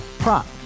Prop